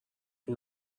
این